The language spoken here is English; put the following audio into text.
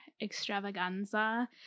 extravaganza